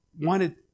wanted